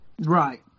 Right